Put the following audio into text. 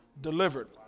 delivered